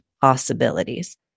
possibilities